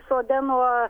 sode nuo